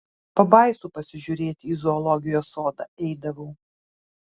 pabaisų pasižiūrėti į zoologijos sodą eidavau